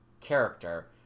character